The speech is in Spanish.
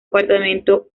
apartamento